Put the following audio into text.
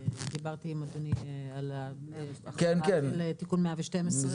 דיברתי עם אדוני על תיקון 112. כן,